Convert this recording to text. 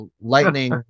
Lightning